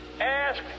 Ask